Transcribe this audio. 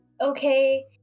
okay